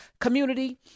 community